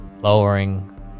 lowering